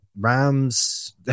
Rams